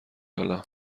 حالا